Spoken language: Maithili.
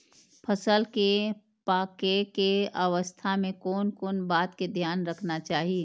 फसल के पाकैय के अवस्था में कोन कोन बात के ध्यान रखना चाही?